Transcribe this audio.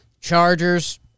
Chargers